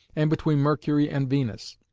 and between mercury and venus,